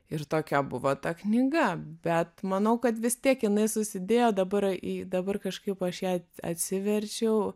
ir tokia buvo ta knyga bet manau kad vis tiek jinai susidėjo dabar į dabar kažkaip aš ją atsiverčiau